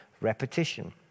Repetition